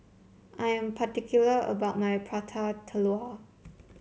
I am particular about my Prata Telur